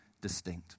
distinct